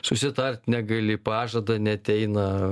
susitart negali pažada neateina